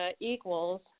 equals